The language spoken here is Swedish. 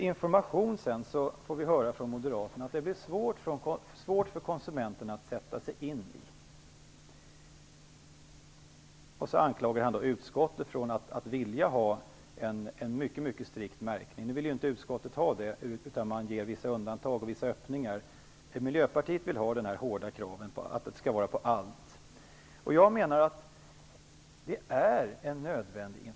Moderaterna anser att det blir svårt för konsumenterna att sätta sig in i informationen. Peter Weibull Bernström anklagar utskottet för att vilja ha en mycket strikt märkning - något som utskottet inte vill, utan det medger vissa undantag och öppningar. Miljöpartiet vill däremot ha detta hårda krav, att allt skall märkas. Jag menar att denna information är nödvändig.